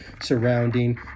surrounding